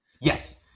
Yes